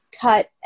cut